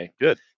Good